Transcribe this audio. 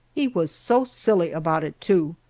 he was so silly about it too.